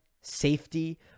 safety